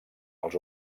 els